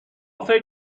فکر